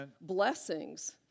blessings